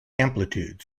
amplitude